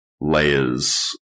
layers